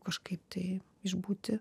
kažkaip tai išbūti